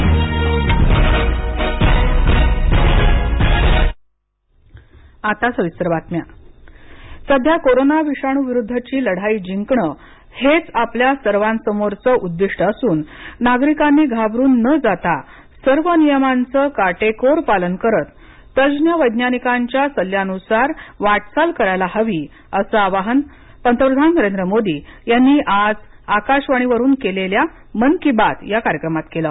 पंतप्रधान सध्या कोरोना विषाणूविरुद्धची लढाई जिंकण हेच आपल्या सर्वसमोरच उद्दिष्ट असून नागरिकांनी घाबरून न जाता सर्व नियमांच काटेकोर पालन करत तज्ज्ञ वैज्ञानिकांच्या सल्ल्यानुसार वाटचाल करायला हवी असं आवाहन पंतप्रधान नरेंद्र मोदी यांनी आज आकाशवाणी वरून केलेल्या मन की बात या कार्यक्रमात केल